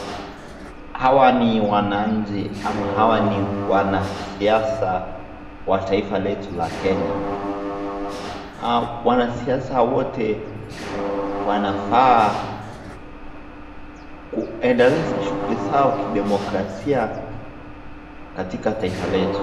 Hawa ni wananji, ama hawa ni, wanasiasa, wa taifa letu la Kenya, hau wanasiasa wote, wanafaa, kuendeleza shuguli zao kidemokrasia, katika taifa letu.